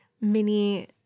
mini